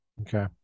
Okay